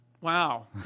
Wow